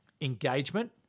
engagement